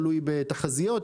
בתחזיות.